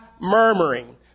murmuring